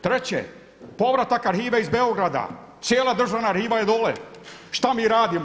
Treće, povratak arhive iz Beograda, cijela državna riva je dole, šta mi radimo?